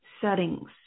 settings